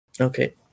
Okay